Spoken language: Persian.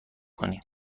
کنی